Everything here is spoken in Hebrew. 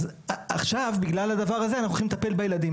עכשיו, בגלל הדבר הזה אנחנו הולכים לטפל בילדים.